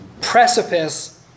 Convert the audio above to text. precipice